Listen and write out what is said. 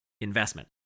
investment